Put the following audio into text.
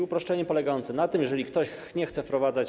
Uproszczeniem polegającym na tym, jeżeli ktoś nie chce wprowadzać.